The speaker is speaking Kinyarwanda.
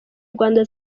rwanda